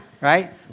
Right